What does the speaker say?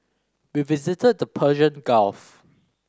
we visited the Persian Gulf